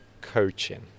coaching